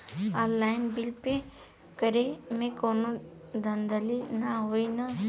Online bill pay करे में कौनो धांधली ना होई ना?